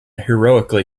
heroically